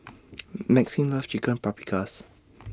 Maxim loves Chicken Paprikas